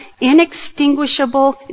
inextinguishable